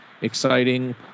exciting